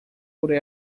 por